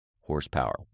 horsepower